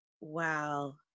Wow